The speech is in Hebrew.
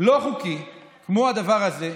איזוק לא חוקי כמו הדבר הזה,